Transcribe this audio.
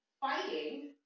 fighting